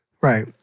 Right